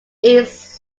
east